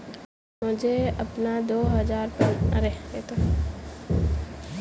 मुझे अपना दो हजार पन्द्रह का पूरा खाता विवरण दिखाएँ?